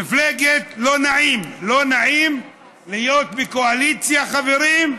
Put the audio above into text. מפלגת לא נעים, לא נעים להיות בקואליציה, חברים,